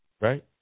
right